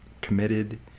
committed